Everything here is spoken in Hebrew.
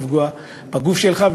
לפגוע בגוף שלך,